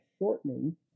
shortening